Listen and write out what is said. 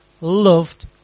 loved